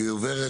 והיא עוברת